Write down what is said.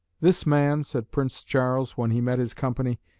this man, said prince charles, when he met his company,